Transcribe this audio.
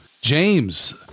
James